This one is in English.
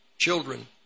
children